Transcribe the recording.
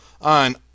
on